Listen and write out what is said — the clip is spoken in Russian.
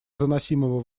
заносимого